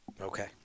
okay